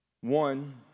One